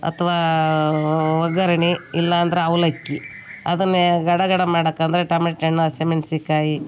ಅಥ್ವಾ ಒಗ್ಗರಣೆ ಇಲ್ಲಾಂದ್ರೆ ಅವಲಕ್ಕಿ ಅದನ್ನೇ ಗಡ ಗಡ ಮಾಡೋಕ್ಕೆ ಅಂದರೆ ಟಮೆಟ ಹಣ್ಣು ಹಸಿಮೆಣಸಿಕಾಯಿ